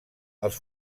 els